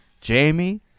Jamie